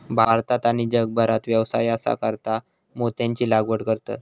भारतात आणि जगभरात व्यवसायासाकारता मोत्यांची लागवड करतत